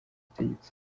butegetsi